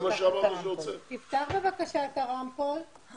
צוהריים טובים.